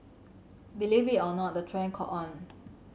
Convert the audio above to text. believe it or not the trend caught on